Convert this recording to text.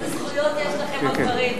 התשע"א 2011, נתקבל.